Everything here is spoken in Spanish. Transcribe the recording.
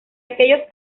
aquellos